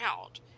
out